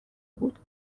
بود